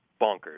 bonkers